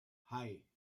hei